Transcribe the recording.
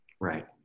Right